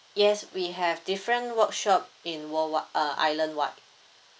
yes we have different workshop in worldwide uh island wide